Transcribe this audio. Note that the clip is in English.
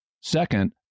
Second